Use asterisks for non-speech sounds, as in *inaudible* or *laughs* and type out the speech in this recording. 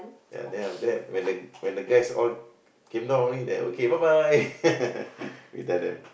ya then after that when the when the guys all came down only then okay bye bye *laughs* we tell them